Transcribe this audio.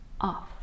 off